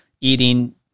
eating